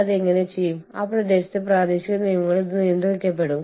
അത് അതിന്റെ ആളുകളെ ഈ രാജ്യത്തേക്ക് അയയ്ക്കുന്നു